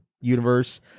universe